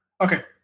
Okay